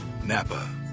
Napa